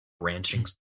Branching